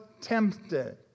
tempted